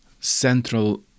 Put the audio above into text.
central